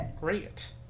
Great